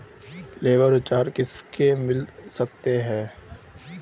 Labour voucher किसको मिल सकता है?